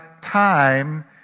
time